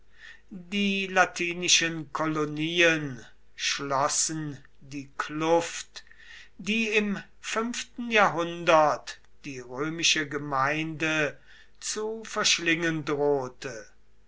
die latinischen kolonien schlossen die kluft die im fünften jahrhundert die römische gemeinde zu verschlingen drohte